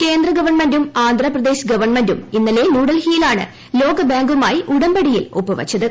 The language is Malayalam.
കേന്ദ്രഗവൺമെന്റും ആന്ധ്രാപ്രദേശ് ഗവൺമെന്റും ഇന്നലെ ന്യൂഡൽഹിയിലാണ് ലോകബാങ്കുമായി ഉടമ്പടിയിൽ ഒപ്പുവച്ചത്